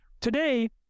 Today